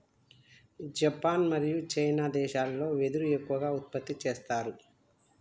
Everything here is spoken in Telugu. జపాన్ మరియు చైనా దేశాలల్లో వెదురు ఎక్కువ ఉత్పత్తి చేస్తారు